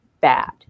bad